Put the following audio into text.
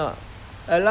they bring